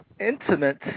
intimate